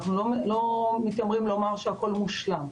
אנחנו לא מתיימרים לומר שהכול מושלם,